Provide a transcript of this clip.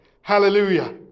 Hallelujah